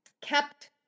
kept